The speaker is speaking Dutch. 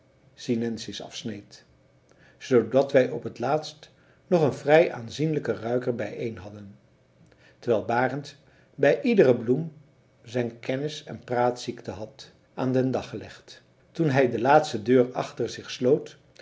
sinensis afsneed zoodat wij op t laatst nog een vrij aanzienlijken ruiker bijeen hadden terwijl barend bij iedere bloem zijn kennis en praatziekte had aan den dag gelegd toen hij de laatste deur achter zich sloot